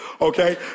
okay